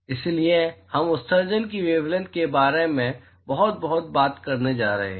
इसलिए हम उत्सर्जन की वेवलैंथ के बारे में बहुत कुछ बात करने जा रहे हैं